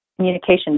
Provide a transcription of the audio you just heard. communication